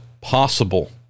possible